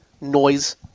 noise